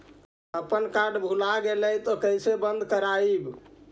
अपन कार्ड भुला गेलय तब कैसे बन्द कराइब?